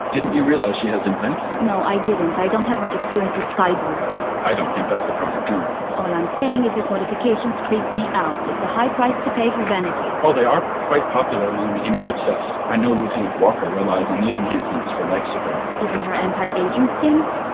didn't you realize she has implants? no i didn't. i don't have much experience with cyborgs i don't think that's the proper term all i'm saying is these modifications creep me out. it's a high price to pay for vanity while they are quite popular among the image-obsessed, i know lieutenant walker relies on these enhancements for life-support even her anti-aging stims?